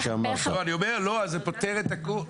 זה פותר את הכול.